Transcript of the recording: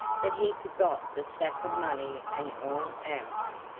that he forgot the sack of money and all else.